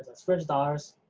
that's three hundred dollars,